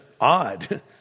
odd